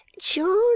John